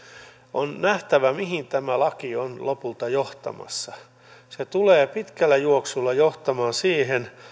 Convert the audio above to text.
on nähtävä mihin tämä laki on lopulta johtamassa se tulee pitkällä juoksulla johtamaan siihen